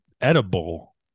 edible